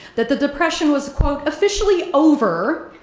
that the depression was quote, officially over,